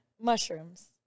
Mushrooms